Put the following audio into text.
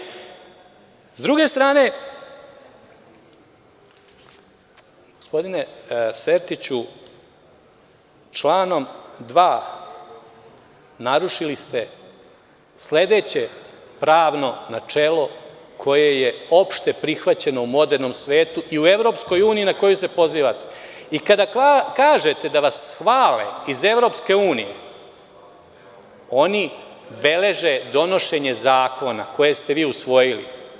Sdruge strane, gospodine Sertiću, članom 2. narušili ste sledeće pravno načelo koje je opšte prihvaćeno u modernom svetu i u EU na koju se pozivate, i kada kažete da vas hvale iz EU, oni beleže donošenje zakona koje ste vi usvojili.